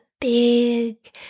big